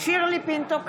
שירלי פינטו קדוש,